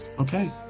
Okay